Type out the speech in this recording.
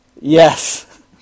Yes